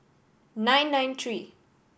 nine nine three